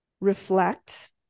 reflect